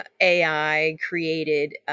AI-created